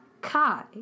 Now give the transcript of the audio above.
Kai